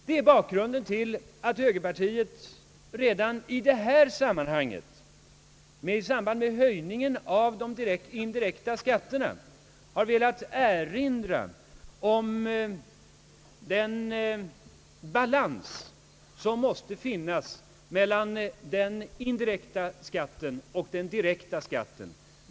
Det är bakgrunden till att högerpartiet redan i det här sammanhanget, i samband med höjningen av de indirekta skatterna, har velat erinra om den balans som måste finnas mellan den indirekta och den direkta skatten.